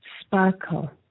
sparkle